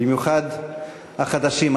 במיוחד החדשים,